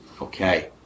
okay